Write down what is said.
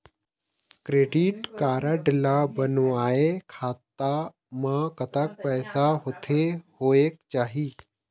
Credit card ला बनवाए खाता मा कतक पैसा होथे होएक चाही?